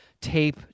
tape